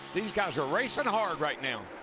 these guys are racing hard right now.